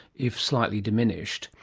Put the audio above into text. if slightly diminished,